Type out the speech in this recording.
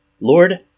Lord